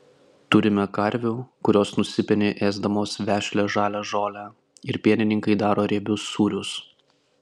turime karvių kurios nusipeni ėsdamos vešlią žalią žolę ir pienininkai daro riebius sūrius